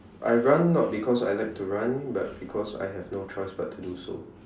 I run not because I like to run but because I have no choice but to do so